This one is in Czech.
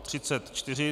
34.